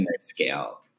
scale